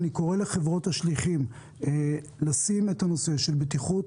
אני קורא לחברות השליחים לשים את הנושא של בטיחות